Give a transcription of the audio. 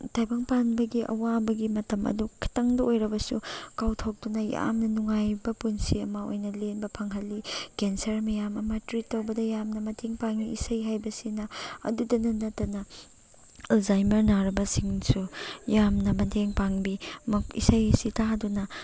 ꯇꯥꯏꯕꯪꯄꯥꯟꯕꯒꯤ ꯑꯋꯥꯕꯒꯤ ꯃꯇꯝ ꯑꯗꯨ ꯈꯤꯇꯪꯗ ꯑꯣꯏꯔꯕꯁꯨ ꯀꯥꯎꯊꯣꯛꯇꯨꯅ ꯌꯥꯝꯅ ꯅꯨꯡꯉꯥꯏꯕ ꯄꯨꯟꯁꯤ ꯑꯃ ꯑꯣꯏꯅ ꯂꯦꯟꯕ ꯐꯪꯍꯜꯂꯤ ꯀꯦꯟꯁꯔ ꯃꯌꯥꯝ ꯑꯃ ꯇ꯭ꯔꯤꯠ ꯇꯧꯕꯗ ꯌꯥꯝꯅ ꯃꯇꯦꯡ ꯄꯥꯡꯏ ꯏꯁꯩ ꯍꯥꯏꯕꯁꯤꯅ ꯑꯗꯨꯇ ꯅꯠꯇꯅ ꯑꯜꯖꯥꯏꯃꯔ ꯅꯥꯔꯕꯁꯤꯡꯁꯨ ꯌꯥꯝꯅ ꯃꯇꯦꯡ ꯄꯥꯡꯕꯤ ꯏꯁꯩ ꯑꯁꯤ ꯇꯥꯗꯨꯅ